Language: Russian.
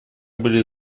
были